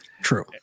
True